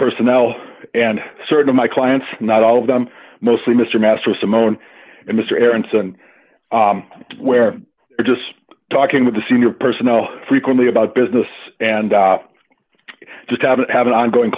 personnel and certain of my clients not all of them mostly mr mastro samone and mr aronson where we're just talking with the senior personnel frequently about business and they just haven't had an ongoing